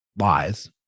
lies